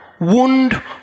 wound